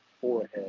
forehead